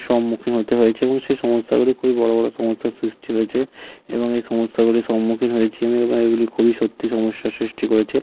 সম্মুখীন হতে হয়েছে এবং সে সমস্যাগুলি খুবই বড় বড় সমস্যার সৃষ্টি হয়েছে এবং এই সমস্যাগুলির সম্মুখীন হয়েছি আমি এবং এগুলি খুবই সত্যিই সমস্যার সৃষ্টি করেছে